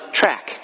track